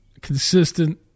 consistent